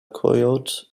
coyote